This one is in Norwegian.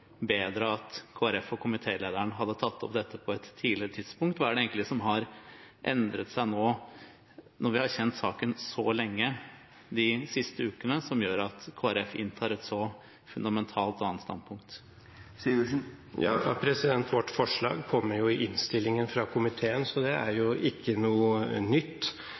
bedre om Kristelig Folkeparti og komitélederen hadde tatt opp dette på et tidligere tidspunkt? Hva er det egentlig som har endret seg nå de siste ukene, når vi har kjent saken så lenge, som gjør at Kristelig Folkeparti inntar et så fundamentalt annet standpunkt? Vårt forslag kom i innstillingen fra komiteen, så det er ikke noe nytt.